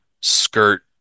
skirt